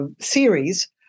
series